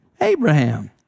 Abraham